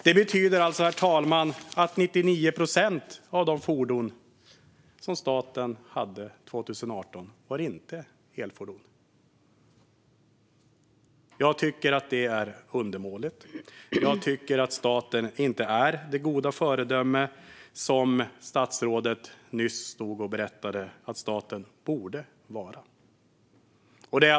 Detta betyder alltså att 99 procent av de fordon som staten hade 2018 inte var elfordon. Jag tycker att det är undermåligt. Staten är inte det goda föredöme som statsrådet nyss sa att staten borde vara.